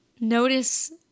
notice